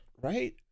right